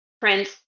Prince